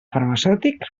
farmacèutic